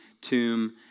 tomb